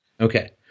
Okay